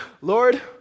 Lord